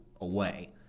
away